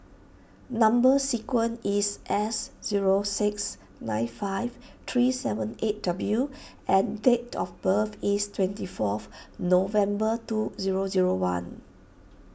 Number Sequence is S zero six nine five three seven eight W and date of birth is twenty fourth November two zero zero one